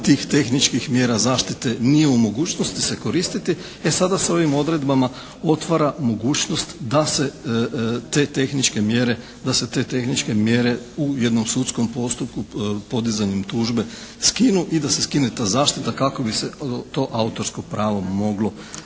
tih tehničkih mjera zaštite nije u mogućnosti se koristiti, e sada se ovim odredbama otvara mogućnost da se te tehničke mjere u jednom sudskom postupku podizanjem tužbe skinu i da se skine ta zaštita kako bi se to autorsko pravo moglo